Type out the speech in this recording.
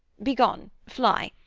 begone! fly!